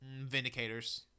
Vindicators